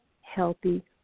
healthy